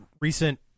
recent